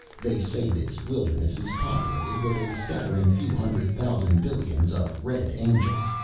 they say this wilderness is populated with a scattering few hundred thousand billions of red angels,